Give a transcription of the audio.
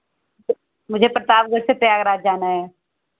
मुझे प्रतापगढ़ से प्रयागराज जाना है